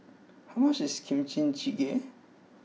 how much is Kimchi Jjigae